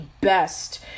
best